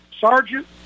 Sergeant